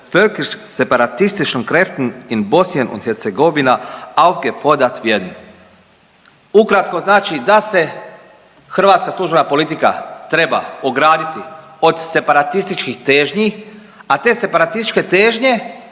Ukratko znači da se hrvatska služena politika treba ograditi od separatističkih težnji, a te separatističke težnje